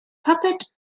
puppet